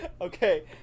Okay